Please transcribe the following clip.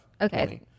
Okay